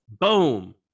Boom